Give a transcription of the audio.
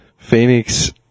Phoenix